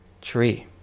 tree